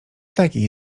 taki